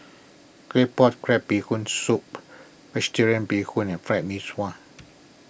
Claypot Crab Bee Hoon Soup Vegetarian Bee Hoon and Fried Mee Sua